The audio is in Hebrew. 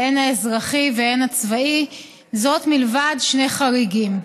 הן האזרחי והן הצבאי, מלבד שני חריגים: